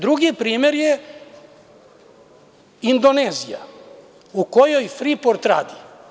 Drugi primer je Indonezija, u kojoj „Friport“ radi.